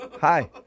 Hi